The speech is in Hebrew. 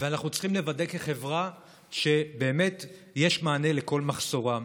אנחנו צריכים לוודא כחברה שבאמת יש מענה לכל מחסורם.